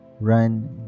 run